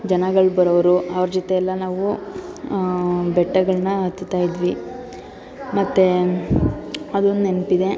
ಜನಗಳು ಬರೋವ್ರು ಅವ್ರ ಜೊತೆಯೆಲ್ಲ ನಾವು ಬೆಟ್ಟಗಳನ್ನ ಹತ್ತುತ್ತಾ ಇದ್ವಿ ಮತ್ತು ಅದೊಂದು ನೆನಪಿದೆ